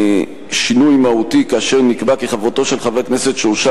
שינוי מהותי כאשר נקבע כי חברותו של חבר כנסת שהורשע